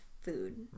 food